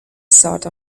sort